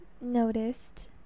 noticed